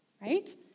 Right